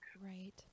Right